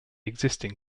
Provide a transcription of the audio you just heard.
existing